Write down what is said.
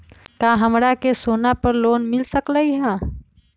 का हमरा के सोना पर लोन मिल सकलई ह?